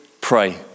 pray